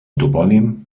topònim